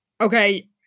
okay